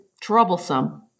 troublesome